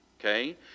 Okay